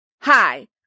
Hi